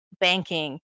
banking